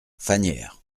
fagnières